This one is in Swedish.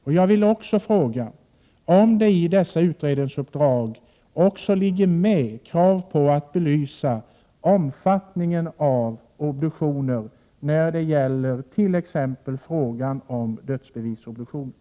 Låt mig också fråga om det i dessa utredningsuppdrag finns något krav på att belysa omfattningen av obduktioner när det t.ex. gäller dödsbevisobduktioner.